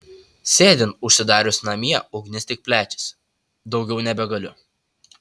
sėdint užsidarius namie ugnis tik plečiasi daugiau nebegaliu